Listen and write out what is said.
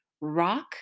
rock